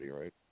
right